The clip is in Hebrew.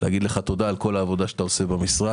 לומר לך תודה על כל העבודה שאתה עושה במשרד.